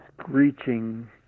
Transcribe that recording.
screeching